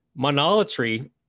Monolatry